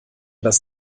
das